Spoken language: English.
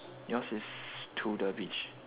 yours is to the beach